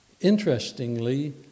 Interestingly